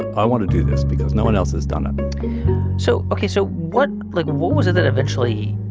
i want to do this because no one else has done it so ok. so what like, what was it that eventually,